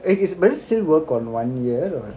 eh is mirz still work on one ear or